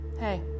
Hey